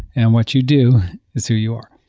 and what you do is who you are